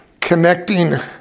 connecting